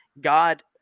God